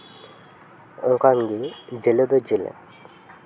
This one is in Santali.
ᱚᱱᱠᱟᱱ ᱜᱮ ᱡᱮᱞᱮ ᱫᱚ ᱡᱮᱞᱮ